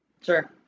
Sure